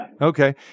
Okay